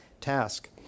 task